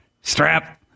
strap